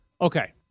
okay